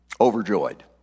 Overjoyed